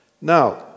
Now